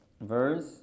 Verse